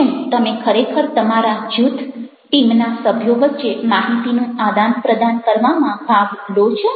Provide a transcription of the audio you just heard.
શું તમે ખરેખર તમારા જૂથટીમના સભ્યો વચ્ચે માહિતીનું આદાન પ્રદાન કરવામાં ભાગ લો છો